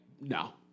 no